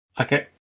Okay